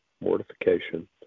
mortification